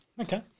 Okay